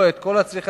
לא את כל הצריכה,